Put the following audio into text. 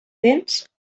tens